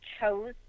chose